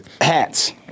Hats